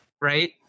right